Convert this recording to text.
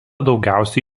daugiausia